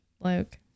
Luke